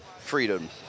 Freedom